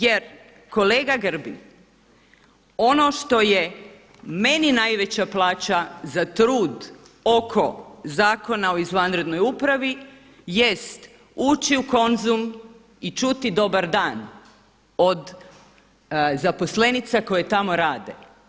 Jer kolega Grbin, ono što je meni najveća plaća za trud oko Zakona o izvanrednoj upravi, jest ući u Konzum i čuti dobar dan od zaposlenica koje tamo rade.